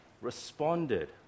responded